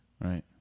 Right